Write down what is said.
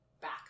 back